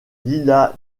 lila